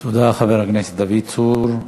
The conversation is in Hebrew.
תודה, חבר הכנסת דוד צור.